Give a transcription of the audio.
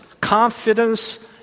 confidence